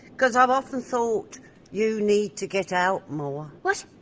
because i've often thought you need to get out more. what?